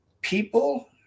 people